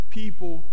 people